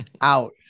out